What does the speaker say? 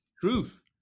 truth